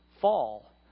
fall